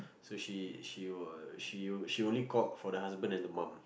so she she was she she only called for the husband and the mom